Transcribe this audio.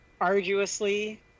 arduously